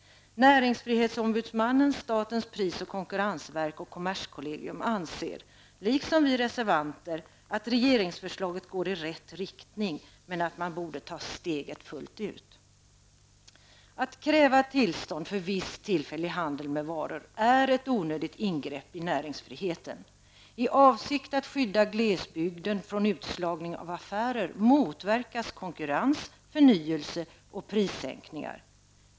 Näringsfrihetsombudsmannen, statens pris och konkurrensverk och kommerskollegium anser, liksom vi reservanter, att regeringsförslaget går i rätt riktning men att man borde ta steget fullt ut. Att kräva tillstånd för viss tillfällig handel med varor är ett onödigt ingrepp i näringsfriheten. I avsikt att skydda glesbygden från utslagning av affärer motverkas konkurrens, förnyelse och prissänkningar.